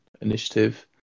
initiative